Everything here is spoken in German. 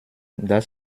dass